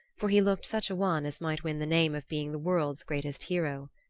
for he looked such a one as might win the name of being the world's greatest hero.